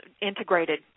integrated